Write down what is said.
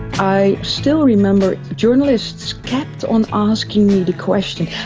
i still remember, journalists kept on asking me the question oh,